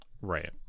Right